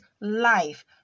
life